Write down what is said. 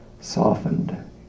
softened